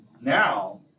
now